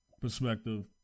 perspective